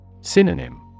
Synonym